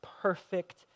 perfect